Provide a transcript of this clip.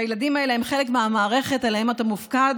שהילדים האלה הם חלק מהמערכת שעליה אתה מופקד,